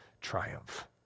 triumph